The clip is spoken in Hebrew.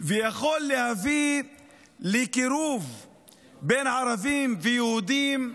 ויכול להביא לקירוב בין ערבים ויהודים,